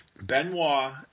Benoit